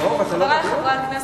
חברי חברי הכנסת,